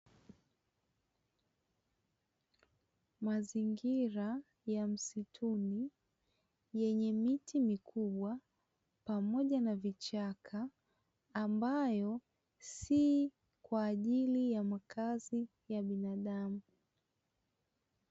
Mazingira ya msituni yenye miti mikubwa pamoja na vichaka, ambayo si kwa ajili ya makazi ya binadamu.